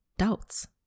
doubts